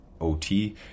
OT